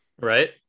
right